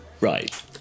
Right